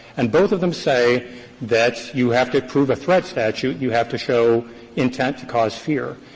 and both of them say that you have to prove a threat statute, you have to show intent to cause fear.